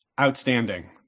Outstanding